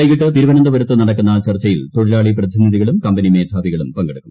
വൈകീട്ട് തിരുവനന്തപുരത്ത് നടക്കുന്ന ചർച്ചയിൽ തൊഴിലാളി പ്രതിനിധികളും കമ്പനി മേധാവികളും പങ്കെടുക്കും